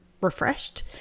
refreshed